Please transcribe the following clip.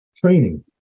training